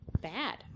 bad